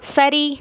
சரி